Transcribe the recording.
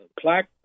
plaque